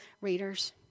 readers